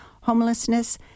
homelessness